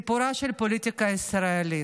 "סיפורה של הפוליטיקה הישראלית".